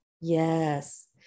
Yes